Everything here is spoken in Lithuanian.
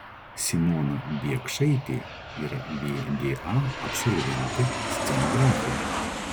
simona biekšaitė yra vda absolventė scenografė